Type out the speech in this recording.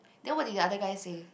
then what did the other guy say